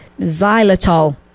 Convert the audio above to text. xylitol